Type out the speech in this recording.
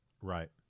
Right